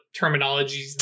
terminologies